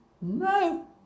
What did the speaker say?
No